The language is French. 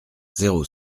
zéro